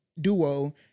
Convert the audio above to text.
duo